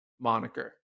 moniker